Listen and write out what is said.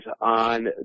on